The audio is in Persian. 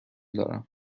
دارم